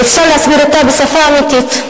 ואפשר להסביר אותה בשפה אמיתית.